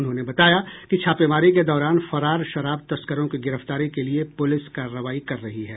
उन्होंने बताया कि छापेमारी के दौरान फरार शराब तस्करों की गिरफ्तारी के लिए पुलिस कार्रवाई कर रही है